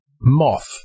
Moth